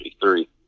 three